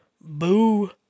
boo